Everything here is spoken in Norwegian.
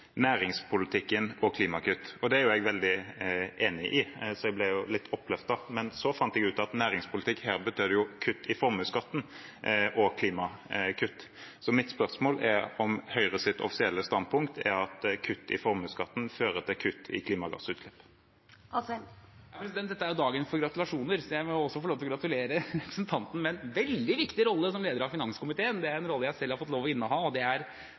næringspolitikken og klimakutt. Det er jeg veldig enig i, så jeg ble litt oppløftet, men så fant jeg ut at næringspolitikk og klimakutt her betød kutt i formuesskatten og klimakutt. Mitt spørsmål er om Høyres offisielle standpunkt er at kutt i formuesskatten fører til kutt i klimagassutslipp. Dette er dagen for gratulasjoner, så jeg må også få lov til å gratulere representanten med en veldig viktig rolle som leder av finanskomiteen. Det er en rolle jeg selv har fått lov til å inneha, og